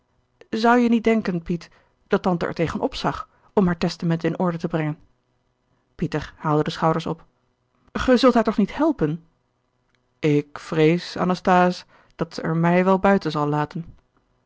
deed zou-je niet denken piet dat tante er tegen opzag om haar testament in orde te brengen pieter haalde de schouders op gij zult haar toch niet helpen ik vrees anasthase dat zij er mij wel buiten zal laten